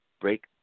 break